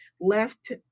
left